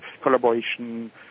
collaboration